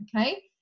Okay